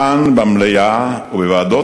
כאן במליאה ובוועדות